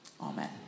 Amen